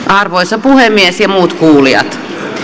arvoisa puhemies ja muut kuulijat